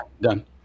done